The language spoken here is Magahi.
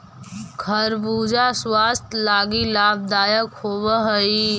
खरबूजा स्वास्थ्य लागी लाभदायक होब हई